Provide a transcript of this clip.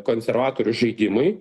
konservatorių žaidimui